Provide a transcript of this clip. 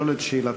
לשאול את שאלתך